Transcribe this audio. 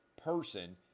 person